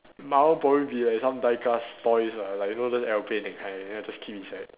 mine probably be like some die-cast toys like you know like those aeroplane that kind then I just keep inside